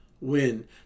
win